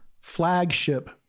flagship